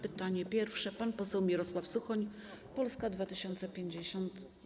Pytanie pierwsze - pan poseł Mirosław Suchoń, Polska 2050.